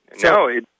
No